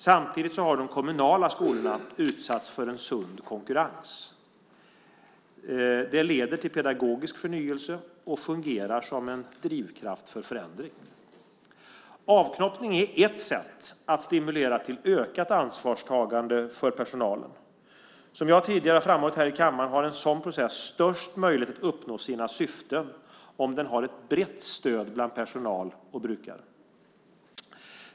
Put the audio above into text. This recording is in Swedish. Samtidigt har de kommunala skolorna utsatts för en sund konkurrens. Det leder till pedagogisk förnyelse och fungerar som en drivkraft för förändring. Avknoppning är ett sätt att stimulera till ökat ansvarstagande för personalen. Som jag tidigare framhållit här i kammaren har en sådan process störst möjlighet att uppnå sina syften om den har ett brett stöd bland personal och brukare.